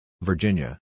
Virginia